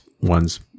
ones